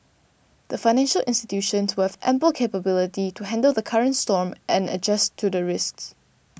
the financial institutions will have ample capability to handle the current storm and adjust to the risks